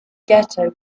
ghetto